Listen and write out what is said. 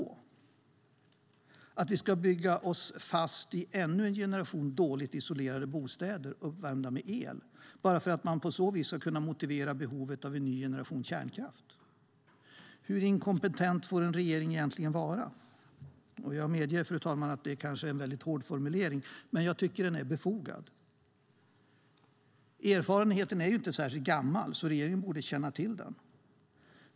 Väntar den på att vi ska bygga oss fast i ännu en generation dåligt isolerade bostäder uppvärmda med el för att på så vis kunna motivera behovet av en ny generation kärnkraft? Hur inkompetent får en regering vara? Jag medger, fru talman, att det kanske är en väldigt hård formulering, men jag tycker att den är befogad. Erfarenheten är inte särskilt gammal, så regeringen borde känna till den.